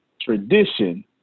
tradition